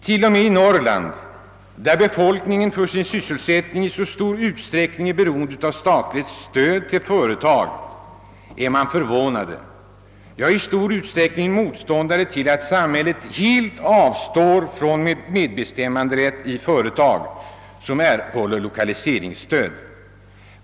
T.o.m. i Norrland, där befolkningen för sin sysselsättning i så stor omfatt ning är beroende av det statliga stödet till företag är man förvånad — ja, i betydande utsträckning motståndare till att samhället helt avstår från medbestämmanderätt i de företag som erhåller lokaliseringsstöd.